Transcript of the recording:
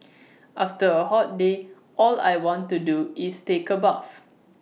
after A hot day all I want to do is take A bath